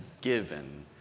given